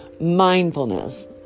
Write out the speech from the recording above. mindfulness